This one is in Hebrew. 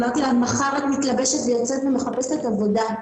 אמרתי לה, מחר את מתלבשת ויוצאת לחפש עבודה.